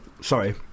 Sorry